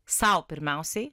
sau pirmiausiai